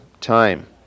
time